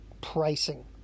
pricing